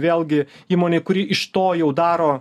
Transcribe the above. vėlgi įmonėj kuri iš to jau daro